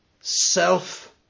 self